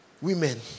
women